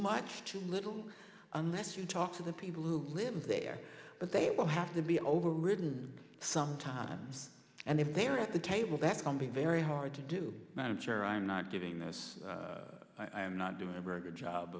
much too little unless you talk to the people who live there but they will have to be overridden some time and if they are at the table back from being very hard to do i'm sure i'm not giving this i'm not doing a very good job